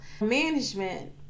Management